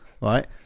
right